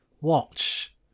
watch